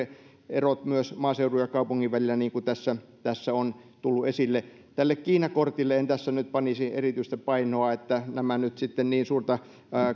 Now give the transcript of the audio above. erot myös maaseudun ja kaupungin välillä niin kuin tässä tässä on tullut esille tälle kiina kortille en tässä nyt panisi erityistä painoa että nämä nyt sitten niin suurta